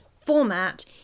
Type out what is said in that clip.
format